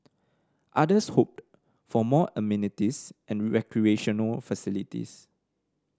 others hoped for more amenities and recreational facilities